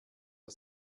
der